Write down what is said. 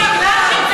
מה שנכון נכון.